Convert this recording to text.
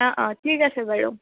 অঁ অঁ ঠিক আছে বাৰু